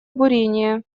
бурение